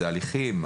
אלו הליכים,